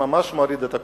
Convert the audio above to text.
אני ממש מוריד את הכובע,